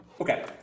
Okay